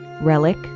relic